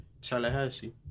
Tallahassee